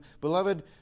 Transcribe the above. Beloved